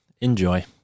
enjoy